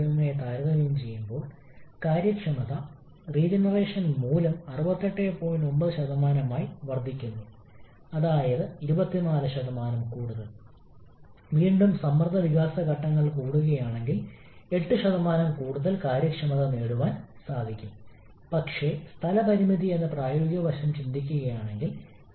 അതിനാൽ ഇത് താരതമ്യം ചെയ്താൽ കംപ്രഷൻ പ്രക്രിയയ്ക്കായി നമുക്കുള്ളത് അതിനാൽ ഈ രണ്ടിലും നമുക്ക് കാണാൻ കഴിയും കംപ്രസ്സറിന് ആവശ്യമായ വർക്ക് ഇൻപുട്ട് അല്ലെങ്കിൽ ടർബൈൻ നിർമ്മിക്കുന്ന വർക്ക് അവ വർക്കിംഗ് മീഡിയത്തിന്റെ ഒരു പ്രത്യേക വോളിയത്തിന് നേരിട്ട് ആനുപാതികമാണ്